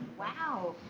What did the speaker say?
wow!